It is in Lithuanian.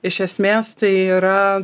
iš esmės tai yra